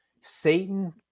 Satan